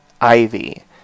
Ivy